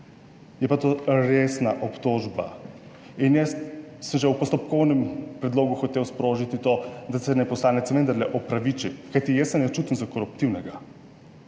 je pa to resna obtožba. In jaz sem že v postopkovnem predlogu hotel sprožiti to, da se naj poslanec vendarle opraviči. Kajti, jaz se ne čutim za koruptivnega